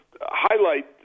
Highlight